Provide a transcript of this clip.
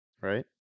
right